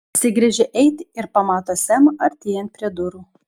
apsigręžia eiti ir pamato semą artėjant prie durų